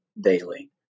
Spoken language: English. daily